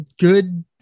good